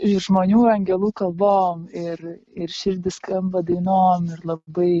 ir žmonių ir angelų kalbom ir ir širdis skamba dainom ir labai